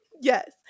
Yes